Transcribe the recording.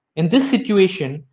in this situation,